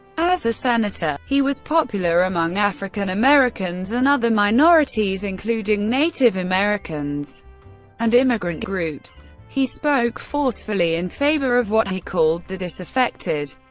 as a senator, he was popular among african americans and other minorities including native americans and immigrant groups. he spoke forcefully in favor of what he called the disaffected,